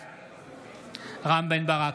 בעד רם בן ברק,